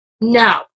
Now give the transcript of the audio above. no